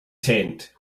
tent